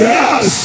Yes